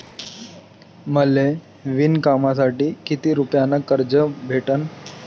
मले विणकामासाठी किती रुपयानं कर्ज भेटन?